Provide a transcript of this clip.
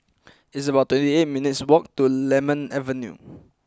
it's about twenty eight minutes' walk to Lemon Avenue